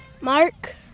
Mark